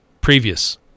previous